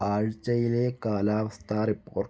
ആഴ്ചയിലെ കാലാവസ്ഥ റിപ്പോർട്ട്